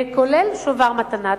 כולל שובר מתנה.